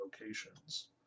locations